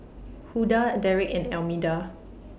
Hulda Derrick and Almeda